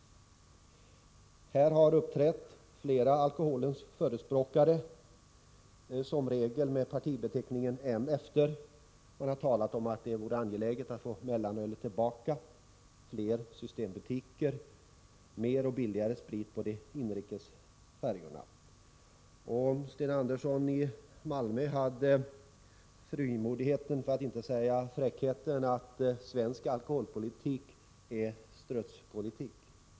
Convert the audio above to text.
Här har flera av alkoholens förespråkare uppträtt, som regel med partibeteckningen . De har talat om att det vore angeläget att få mellanölet tillbaka, fler systembutiker, mer och billigare sprit på inrikesfärjorna. Sten Andersson i Malmö hade frimodigheten, för att inte säga fräckheten, att påstå att svensk alkoholpolitik är strutspolitik.